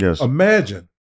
Imagine